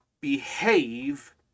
behave